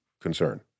concern